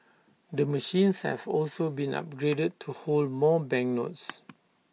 the machines have also been upgraded to hold more banknotes